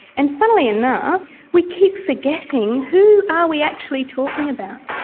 and funnily enough we keep forgetting who are we actually talking about?